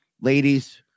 ladies